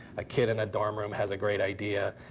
a kid in a dorm room has a great idea.